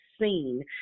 seen